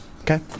Okay